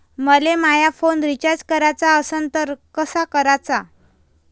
मले माया phone recharge कराचा असन तर कसा कराचा?